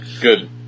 Good